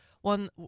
one